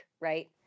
Right